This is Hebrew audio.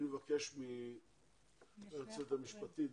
אני מבקש מהיועצת המשפטית,